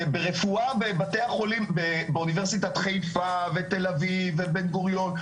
ברפואה בבתי החולים באוניברסיטת חיפה ותל אביב ובן גוריון,